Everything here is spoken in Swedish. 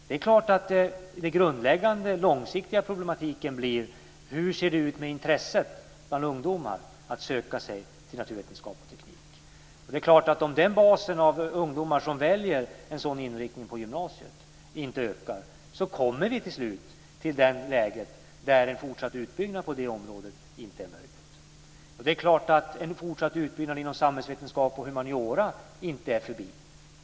Den grundläggande och långsiktiga problematiken blir hur stort intresset bland ungdomar är att söka sig till naturvetenskap och teknik. Om basen av ungdomar som väljer en sådan inriktning på gymnasiet inte ökar, kommer vi till slut till läget att en fortsatt utbyggnad på området inte är möjlig. Det är klart att en fortsatt utbyggnad inom samhällsvetenskap och humaniora inte är förbi.